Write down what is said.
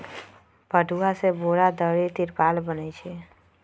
पटूआ से बोरा, दरी, तिरपाल बनै छइ